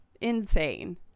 Insane